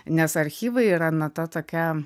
nes archyvai yra na ta tokia